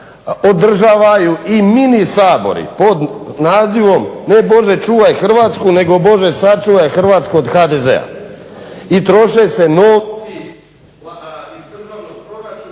održavaju i mini sabori, pod nazivom ne "Bože čuvaj Hrvatsku" nego "Bože sačuvaj Hrvatsku od HDZ-a" i troše se novci iz državnog proračuna